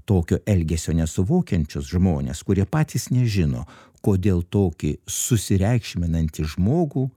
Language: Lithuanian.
tokio elgesio nesuvokiančius žmones kurie patys nežino kodėl tokį susireikšminantį žmogų